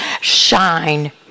shine